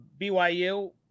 BYU